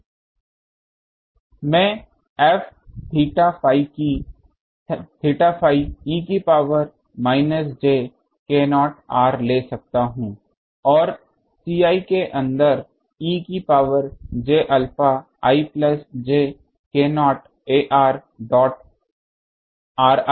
मैं f θ φ e की power minus j k0 r ले सकता हूं और Ci के अंदर e की power j alpha i plus j k0 ar dot ri पर निर्भर करता हैं